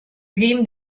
him